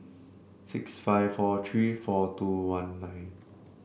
six five four three four two one nine